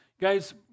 Guys